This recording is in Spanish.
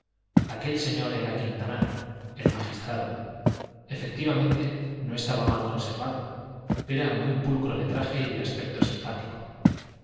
aquel señor era quintanar el magistrado efectivamente no estaba mal conservado era muy pulcro de traje y de aspecto simpático